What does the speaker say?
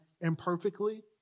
imperfectly